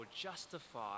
justify